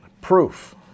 proof